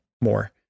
more